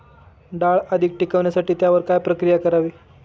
डाळ अधिक टिकवण्यासाठी त्यावर काय प्रक्रिया करावी?